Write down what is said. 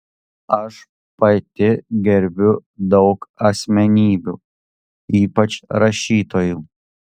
aš pati gerbiu daug asmenybių ypač rašytojų